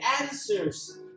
answers